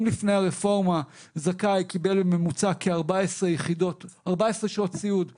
אם לפני הרפורמה זכאי קיבל בממוצע כ-14 שעות סיעוד בשבוע,